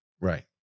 right